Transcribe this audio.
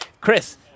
Chris